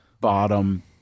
bottom